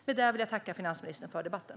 Med det vill jag tacka finansministern för debatten.